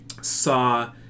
saw